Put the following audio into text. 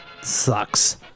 sucks